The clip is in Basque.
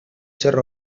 zer